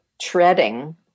treading